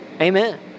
Amen